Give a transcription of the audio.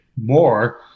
more